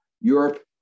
Europe